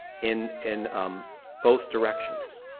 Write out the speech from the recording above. in in both directions,